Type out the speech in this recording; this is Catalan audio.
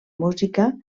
música